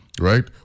right